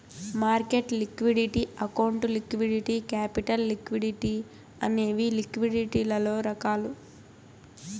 market liquidity account liquidity capital liquidity అనేవి లిక్విడిటీలలో రకాలు